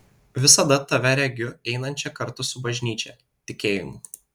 visada tave regiu einančią kartu su bažnyčia tikėjimu